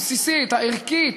הבסיסית, הערכית,